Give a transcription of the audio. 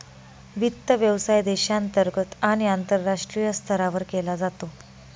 वित्त व्यवसाय देशांतर्गत आणि आंतरराष्ट्रीय स्तरावर केला जातो